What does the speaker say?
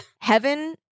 Heaven